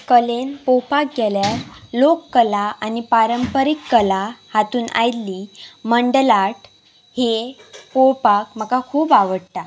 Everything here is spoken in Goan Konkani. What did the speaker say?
कलेन पळोवपाक गेल्यार लोक कला आनी पारंपारीक कला हातून आयिल्ली मंडलार्ट हे पळोवपाक म्हाका खूब आवडटा